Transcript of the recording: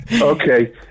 Okay